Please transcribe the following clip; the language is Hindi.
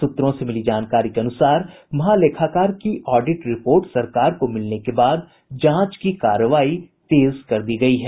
सूत्रों से मिली जानकारी के अनुसार महालेखाकार की ऑडिट रिपोर्ट सरकार को मिलने के बाद जांच की कार्रवाई तेज कर दी गयी है